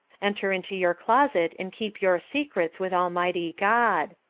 enter into your closet and keep your secrets with almighty god